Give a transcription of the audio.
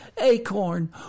acorn